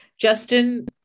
Justin